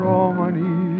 Romani